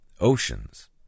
oceans